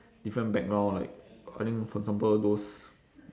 different background like I think for example those